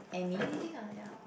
anything ah ya